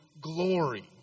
glory